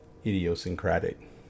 Idiosyncratic